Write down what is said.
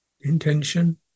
intention